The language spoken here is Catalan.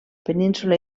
península